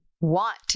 want